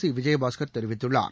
C Vijayabaskar தெரிவித்துள்ளார்